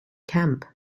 camp